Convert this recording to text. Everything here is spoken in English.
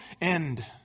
end